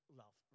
love